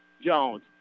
Jones